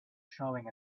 showing